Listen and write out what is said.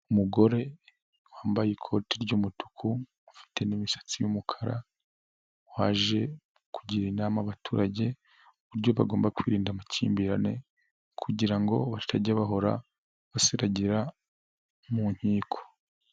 Umugore wambaye ikoti ry'umutuku ufite n'imisatsi y'umukara. Waje kugira inama abaturage ku buryo bagomba kwirinda amakimbirane kugira ngo batajya bahora basiragira mu nkiko.